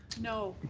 no.